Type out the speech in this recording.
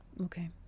Okay